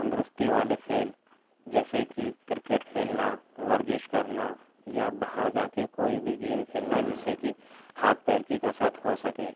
تندرستی والے کھیل جیسے کہ کرکٹ کھیلنا ورزش کرنا یا باہر جا کے کوئی بھی گیم کھیلنا جس سے کہ ہاتھ پیر کی کسرت ہو سکے